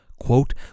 Quote